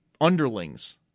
underlings